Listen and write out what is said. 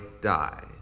die